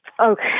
Okay